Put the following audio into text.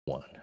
One